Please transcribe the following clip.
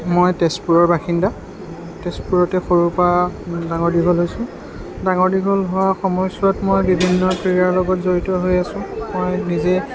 মই তেজপুৰৰ বাসিন্দা তেজপুৰতে সৰুৰপৰা ডাঙৰ দীঘল হৈছোঁ ডাঙৰ দীঘল হোৱাৰ সময়ছোৱাত মই বিভিন্ন ক্ৰীড়াৰ লগত জড়িত হৈ আছোঁ মই নিজে